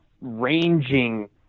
ranging